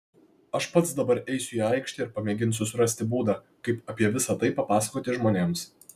aš pats dabar eisiu į aikštę ir pamėginsiu surasti būdą kaip apie visa tai papasakoti žmonėms